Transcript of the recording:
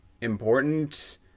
important